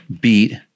beat